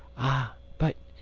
ah, but,